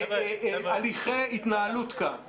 -- בהליכי התנהלות כאן.